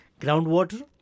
groundwater